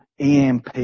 EMP